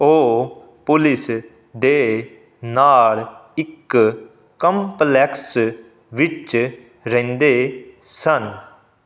ਉਹ ਪੁਲਿਸ ਦੇ ਨਾਲ ਇੱਕ ਕੰਪਲੈਕਸ ਵਿੱਚ ਰਹਿੰਦੇ ਸਨ